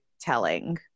telling